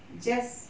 just